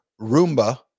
Roomba